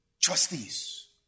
trustees